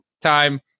time